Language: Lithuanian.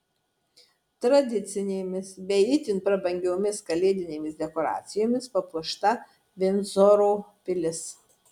tradicinėmis bei itin prabangiomis kalėdinėmis dekoracijomis papuošta vindzoro pilis